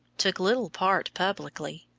took little part publicly,